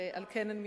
ועל כן אני מתנצלת.